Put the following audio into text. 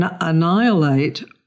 annihilate